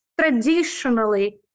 traditionally